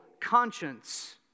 conscience